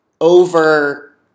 over